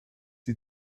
die